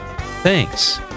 Thanks